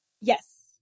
Yes